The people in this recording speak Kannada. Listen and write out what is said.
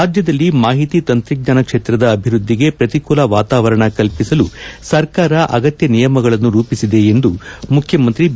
ರಾಜ್ಯದಲ್ಲಿ ಮಾಹಿತಿ ತಂತ್ರಜ್ಞಾನ ಕ್ಷೇತ್ರದ ಅಭಿವೃದ್ಧಿಗೆ ಅನುಕೂಲಕರ ವಾತಾವರಣ ಕಲ್ಪಿಸಲು ಸರ್ಕಾರ ಅಗತ್ಯ ನಿಯಮಗಳನ್ನು ರೂಪಿಸಿದೆ ಎಂದು ಮುಖ್ಯಮಂತ್ರಿ ಬಿ